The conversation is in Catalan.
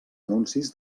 anuncis